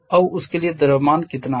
अब उसके लिए द्रव्यमान कितना है